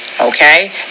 Okay